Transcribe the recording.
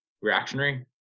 reactionary